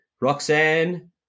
Roxanne